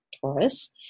Taurus